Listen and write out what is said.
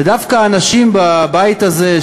ודווקא אנשים בבית הזה,